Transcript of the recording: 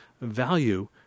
value